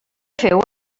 feu